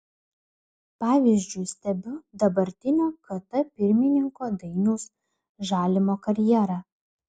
pavyzdžiui stebiu dabartinio kt pirmininko dainiaus žalimo karjerą